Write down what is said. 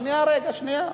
שנייה, רגע, שנייה.